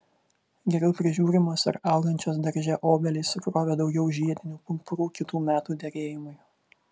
geriau prižiūrimos ar augančios darže obelys sukrovė daugiau žiedinių pumpurų kitų metų derėjimui